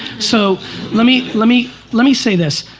so let me. let me let me say this,